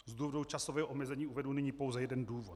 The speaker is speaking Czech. Z důvodu časového omezení uvedu nyní pouze jeden důvod.